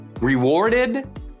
rewarded